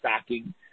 stocking